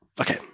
Okay